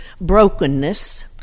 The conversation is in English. brokenness